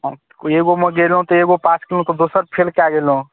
एगोमे गेलहुँ तऽ एगो पास कयलहुँ तऽ दोसर फेल कए गेलहुँ